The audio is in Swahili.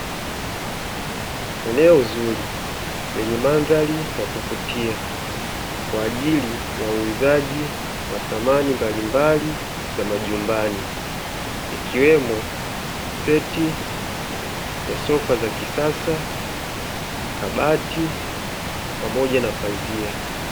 Eneo zuri lenye mandhari ya kuvutia kwa ajili ya uuzaji wa samani mbalimbali za majumbani, ikiwemo seti ya sofa za kisasa, kabati pamoja na pazia.